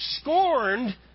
scorned